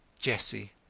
jessie.